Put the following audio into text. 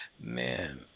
Man